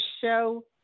show